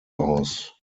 aus